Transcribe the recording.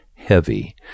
heavy